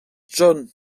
john